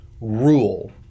rule